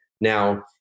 Now